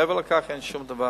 מעבר לכך אין שום דבר.